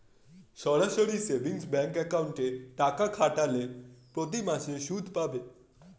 সরাসরি savings bank অ্যাকাউন্টে টাকা খাটালে প্রতিমাসে সুদ পাবে